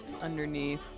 underneath